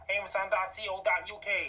Amazon.co.uk